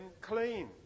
clean